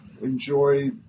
enjoy